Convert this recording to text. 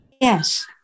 Yes